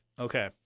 Okay